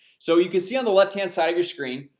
so you can see, on the left hand side of your screen,